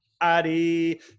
Adi